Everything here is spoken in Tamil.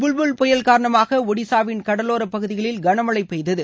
புல்புல் புயல் காரணமாக ஒடிஷாவின் கடலோரப் பகுதிகளில் கனமழை பெய்தது